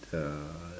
uh